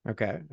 Okay